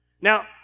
Now